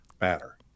matter